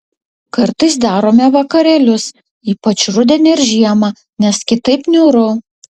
kartais darome vakarėlius ypač rudenį ir žiemą nes kitaip niūru